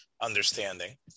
understanding